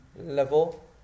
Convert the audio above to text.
Level